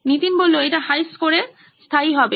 নীতিন এটা হাইস্কোরে স্থায়ী হবে